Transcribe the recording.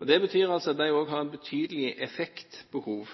Det betyr at de har et betydelig effektbehov